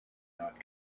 not